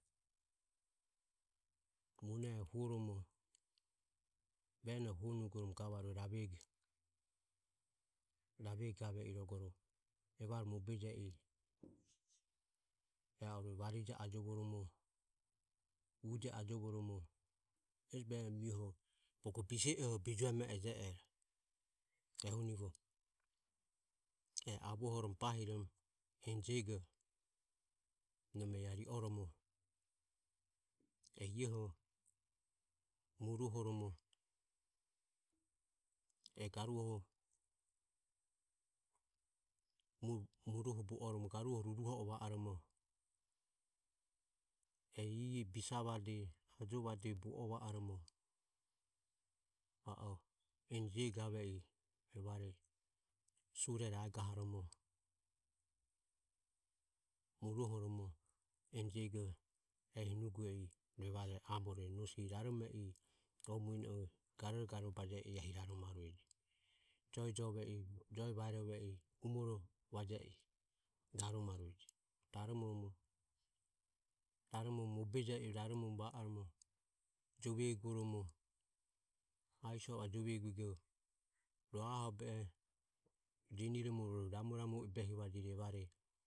Muneho huoromo venoho huonugoromo gavarue ravego. Ravego gave i irogoro evare mobeje i e arue varijae ajovoromo uje ajovoromo e hesi behoho mioho bogo bisemuho bijueme eje ero ehunivo e avohoromo bahiromo enijego. Nome iae ri oromo e ioho muruohoromo e garuoho muruoho bu oromo garuoho ruruho o va oromo e ie bisavade ajovade bu o va oromo va o enijego gave i evare surero aegahoromo muruhoromo enijego. Ehi nuge i evare amore nosi rarome i o muno o garogaro bame i ehi raromo ejo joe jove i joe vaerove i umoro vaje i raromarueje raromoromo, raromoromo mobeje i raromo va oromo jove eguoromo aiso o jove eguego, ro aho obehe jeniromo ramoramo behivajire